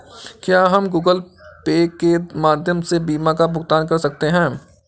क्या हम Google Pay के माध्यम से बीमा का भुगतान कर सकते हैं?